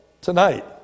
tonight